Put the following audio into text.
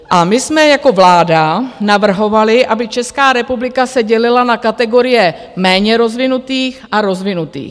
A my jsme jako vláda navrhovali, aby Česká republika se dělila na kategorie méně rozvinutých a rozvinutých.